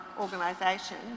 organisation